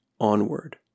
onward